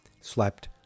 Slept